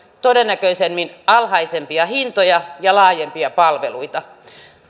todennäköisemmin alhaisempia hintoja ja laajempia palveluita